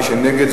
מי שנגד,